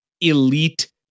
elite